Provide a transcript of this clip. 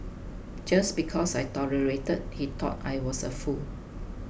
just because I tolerated he thought I was a fool